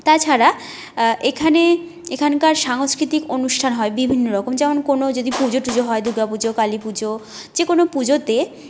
তাছাড়া এখানে এখানকার সাংস্কৃতিক অনুষ্ঠান হয় বিভিন্নরকম যেমন কোনো যদি পুজো টুজো হয় দুর্গাপুজো কালীপুজো যেকোনো পুজোতে